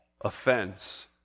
offense